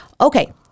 Okay